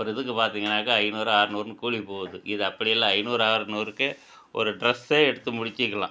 ஒரு இதுக்கு பார்த்தீங்கன்னாக்க ஐந்நூறு ஆற்நூறுனு கூலி போவுது இது அப்டிெல்லாம் ஐந்நூறு ஆற்நூறுக்கே ஒரு ட்ரெஸ்ஸே எடுத்து முடிச்சுக்கலாம்